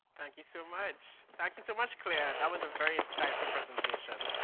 thank you so much. thank you so much, claire, that was a very insightful presentation.